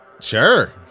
Sure